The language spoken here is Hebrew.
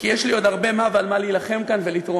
ויש לי עוד הרבה מה ועל מה להילחם כאן ולתרום.